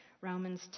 Romans